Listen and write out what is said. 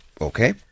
Okay